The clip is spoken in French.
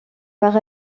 par